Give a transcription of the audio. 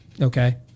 okay